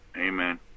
Amen